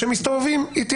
שמסתובבים בה,